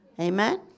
Amen